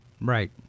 Right